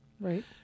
Right